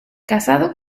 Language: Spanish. casado